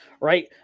right